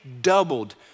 Doubled